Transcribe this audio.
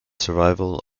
survival